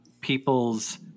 people's